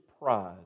pride